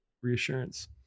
reassurance